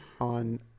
on